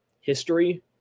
history